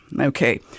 okay